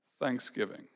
thanksgiving